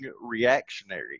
reactionary